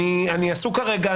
אני עסוק כרגע,